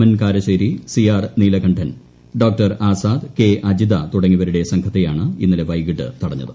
N Karassery ഡോ Azad K Ajitha തുടങ്ങിയവരുടെ സംഘത്തെയാണ് ഇന്നലെ വൈകിട്ട് തടഞ്ഞത്